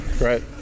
right